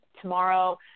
tomorrow